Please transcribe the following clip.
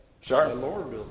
Sure